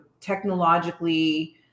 technologically